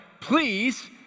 Please